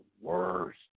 worst